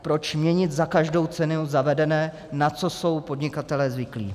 Proč měnit za každou cenu zavedené, to, na co jsou podnikatelé zvyklí?